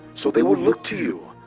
so they will look to you.